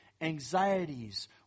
anxieties